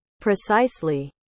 Precisely